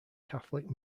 catholic